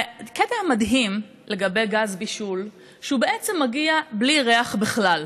הקטע המדהים לגבי גז בישול זה שהוא בעצם מגיע בלי ריח בכלל,